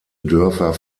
dörfer